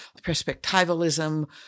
perspectivalism